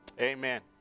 Amen